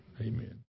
Amen